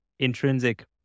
intrinsic